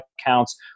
accounts